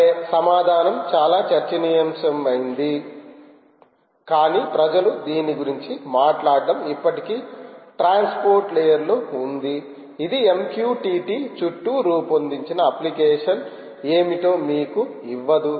సరే సమాధానం చాలా చర్చనీయాంశమైంది కానీ ప్రజలు దీని గురించి మాట్లాడటం ఇప్పటికీ ట్రాన్స్పోర్ట్ లేయర్ లో ఉంది ఇది MQTT చుట్టూ రూపొందించిన అప్లికేషన్ ఏమిటో మీకు ఇవ్వదు